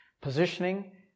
Positioning